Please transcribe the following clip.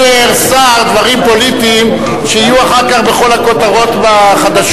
לפעמים אומר שר דברים פוליטיים שיהיו אחר כך בכל הכותרות בחדשות.